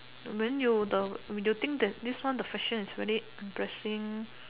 when you the when you think that this one the question is very embarrassing